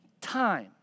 time